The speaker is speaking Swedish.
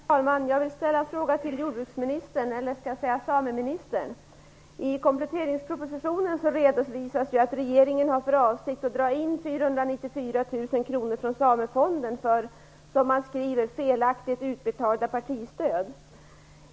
Herr talman! Jag vill ställa en fråga till jordbruksministern, eller jag kanske skall säga sameministern. I kompletteringspropositionen redovisas att regeringen har för avsikt att dra in 494 000 kr från Samefonden för, som man skriver, felaktigt utbetalda partistöd.